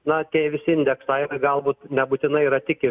na tie visi indeksavimai galbūt nebūtinai yra tik į